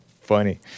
Funny